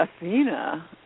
Athena